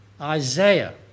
Isaiah